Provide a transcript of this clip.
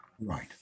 Right